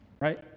right